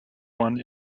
one